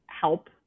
help